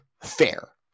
fair